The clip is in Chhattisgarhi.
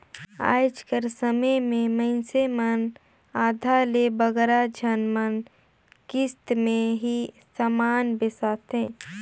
आएज कर समे में मइनसे मन आधा ले बगरा झन मन किस्त में ही समान बेसाथें